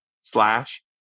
slash